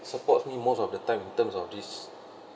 supports me most of the time in terms of this